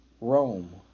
Rome